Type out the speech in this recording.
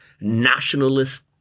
nationalist